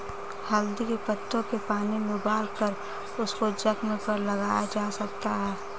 हल्दी के पत्तों के पानी में उबालकर उसको जख्म पर लगाया जा सकता है